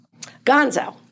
Gonzo